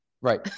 Right